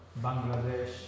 Bangladesh